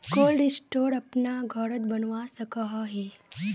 Cold store अपना घोरोत बनवा सकोहो ही?